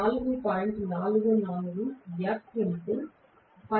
మేము అని చెబుతాము